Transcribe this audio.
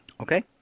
Okay